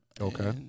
okay